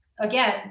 again